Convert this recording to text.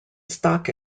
stock